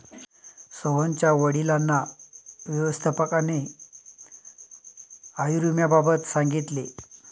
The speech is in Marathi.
सोहनच्या वडिलांना व्यवस्थापकाने आयुर्विम्याबाबत सांगितले